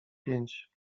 pięć